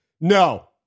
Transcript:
no